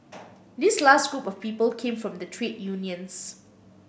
this last group of people came from the trade unions